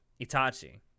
Itachi